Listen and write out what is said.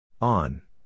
On